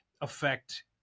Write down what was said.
affect